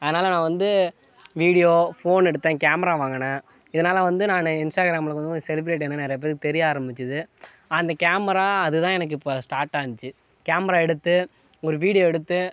அதனால நான் வந்து வீடியோ ஃபோன் எடுத்தேன் கேமரா வாங்கினேன் இதனால் வந்து நான் இன்ஸ்டாகிராமில் வந்து ஒரு செலிபிரிட்டி ஆனேன் நிறையா பேருக்கு தெரிய ஆரம்பிச்சுது அந்த கேமரா அதுதான் எனக்கு இப்போ ஸ்டார்ட் ஆச்சி கேமரா எடுத்து ஒரு வீடியோ எடுத்து